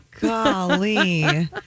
Golly